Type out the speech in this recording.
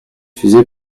fusée